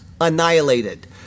annihilated